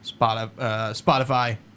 Spotify